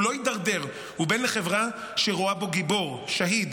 הוא לא הידרדר, הוא בן לחברה שרואה בו גיבור, שהיד